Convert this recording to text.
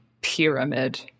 Pyramid